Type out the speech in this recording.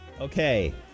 Okay